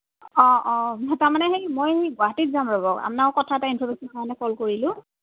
অঁ অঁ তাৰমানে সেই মই এই গুৱাহাটীত যাম ৰ'ব আপোনাক কথা এটাৰ ইনফৰ্মেশ্যনৰ কাৰণে কল কৰিলোঁ